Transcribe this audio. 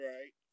Right